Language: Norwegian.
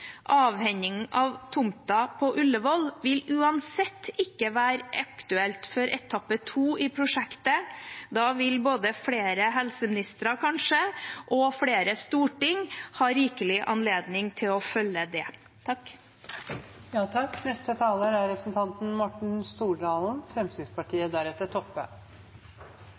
av tomta på Ullevål vil uansett ikke være aktuelt før etappe to i prosjektet. Da vil både flere helseministre, kanskje, og flere storting ha rikelig anledning til å følge det.